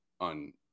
on